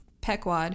Pequod